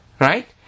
right